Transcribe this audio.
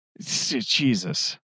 Jesus